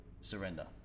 surrender